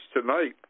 tonight